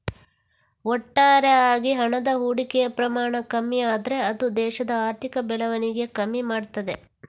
ಒಟ್ಟಾರೆ ಆಗಿ ಹಣದ ಹೂಡಿಕೆಯ ಪ್ರಮಾಣ ಕಮ್ಮಿ ಆದ್ರೆ ಅದು ದೇಶದ ಆರ್ಥಿಕ ಬೆಳವಣಿಗೆ ಕಮ್ಮಿ ಮಾಡ್ತದೆ